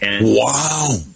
Wow